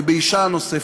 ובאישה נוספת,